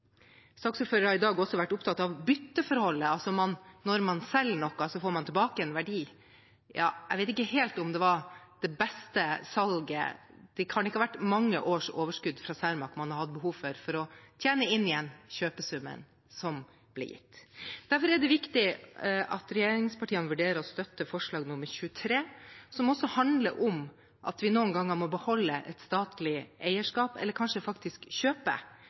har i dag også vært opptatt av bytteforholdet, altså at når man selger noe, får man tilbake en verdi. Ja, jeg vet ikke helt om det var det beste salget – det kan ikke ha vært mange års overskudd fra Cermaq man har hatt behov for for å tjene inn igjen kjøpesummen som ble gitt. Derfor er det viktig at regjeringspartiene vurderer å støtte forslag nr. 23, som også handler om at vi noen ganger må beholde et statlig eierskap, eller kanskje faktisk kjøpe,